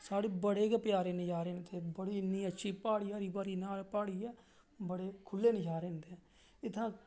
ते साढ़े बड़े गै प्यारे नज़ारे न इत्थें बड़ी इन्नी अच्छी हरी भरी प्हाड़ी ऐ ते बड़े खु'ल्ले नज़ारे न इत्थै